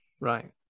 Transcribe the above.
right